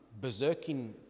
berserking